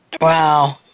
Wow